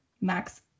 Max